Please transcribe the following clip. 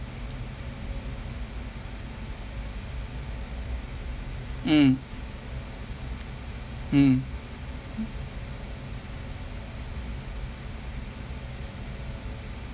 mm mm